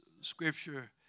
scripture